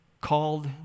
called